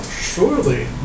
surely